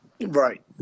right